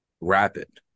rapid